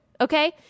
Okay